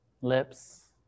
lips